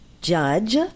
judge